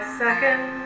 second